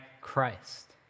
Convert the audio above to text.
Christ